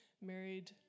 married